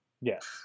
Yes